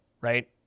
right